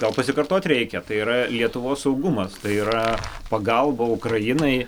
gal pasikartot reikia tai yra lietuvos saugumas tai yra pagalba ukrainai